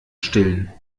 stillen